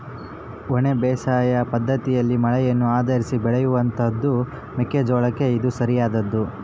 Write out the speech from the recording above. ಒಣ ಬೇಸಾಯ ಪದ್ದತಿಯಲ್ಲಿ ಮಳೆಯನ್ನು ಆಧರಿಸಿ ಬೆಳೆಯುವಂತಹದ್ದು ಮೆಕ್ಕೆ ಜೋಳಕ್ಕೆ ಇದು ಸರಿಯಾದದ್ದು